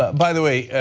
by the way,